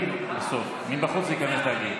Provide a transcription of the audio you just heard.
לא, אתה תגיב בסוף, מבחוץ תיכנס להגיב.